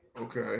Okay